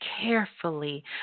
carefully